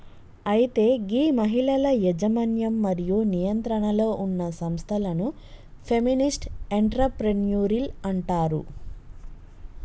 అయితే గీ మహిళల యజమన్యం మరియు నియంత్రణలో ఉన్న సంస్థలను ఫెమినిస్ట్ ఎంటర్ప్రెన్యూరిల్ అంటారు